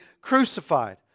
crucified